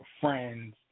friends